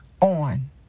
on